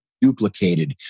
duplicated